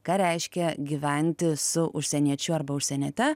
ką reiškia gyventi su užsieniečiu arba užsieniete